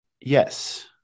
Yes